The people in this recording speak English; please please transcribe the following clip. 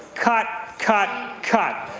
cut, cut, cut.